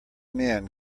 men